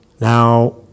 Now